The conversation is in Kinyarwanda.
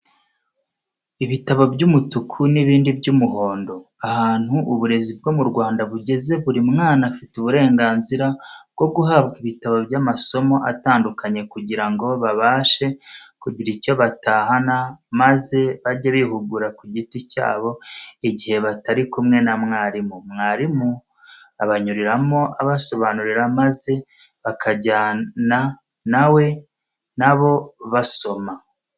Ibitabo by'umutuku n'ibindi by'umuhondo, ahantu uburezi bwo mu Rwanda bugeze buri mwana afite uburenganzira bwo guhabwa ibitabo by'amasomo atandukanye kugira ngo babashe kugira icyo batahana maze bajye bihugura ku giti cyabo igihe batari kumwe na mwarimu, mwarimu abanyuriramo abasobanurira maze bakajyana na we na bo basoma.